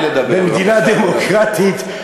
במדינה דמוקרטית,